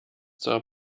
zur